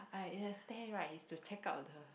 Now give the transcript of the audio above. I in a stare right is to check out the